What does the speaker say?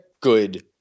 good